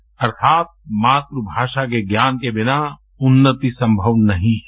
द्य अर्थात मातृभाषा के ज्ञान के बिना उन्नति संभव नहीं है